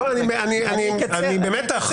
אני במתח.